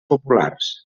populars